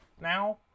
now